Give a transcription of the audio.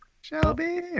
Shelby